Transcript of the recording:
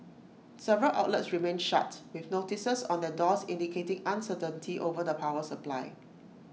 several outlets remained shut with notices on their doors indicating uncertainty over the power supply